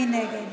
מי נגד?